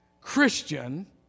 Christian